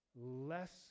less